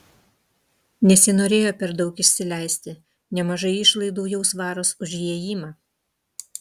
nesinorėjo per daug išsileisti nemažai išlaidų jau svaras už įėjimą